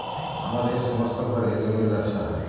আমাদের সমস্ত ঘরে জমির ব্যবসা হয়